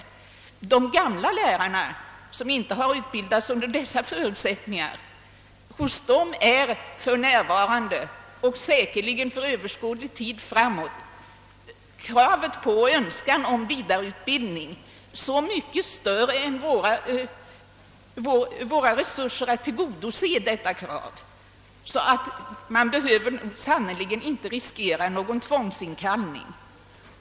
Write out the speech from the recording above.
Hos de gamla lärarna, som inte utbildats under dessa förutsättningar, är för närvarande och säkerligen för överskådlig tid framåt önskan om vidareutbildning så mycket större än våra resurser för att tillgodose deras önskan att man sannerligen inte behöver riskera någon tvångsinkallelse.